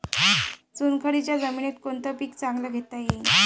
चुनखडीच्या जमीनीत कोनतं पीक चांगलं घेता येईन?